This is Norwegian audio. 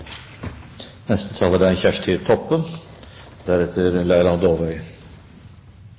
Neste taler er